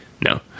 No